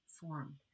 form